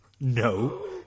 No